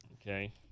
Okay